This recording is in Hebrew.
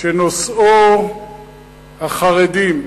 שנושאו החרדים.